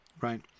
right